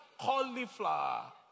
cauliflower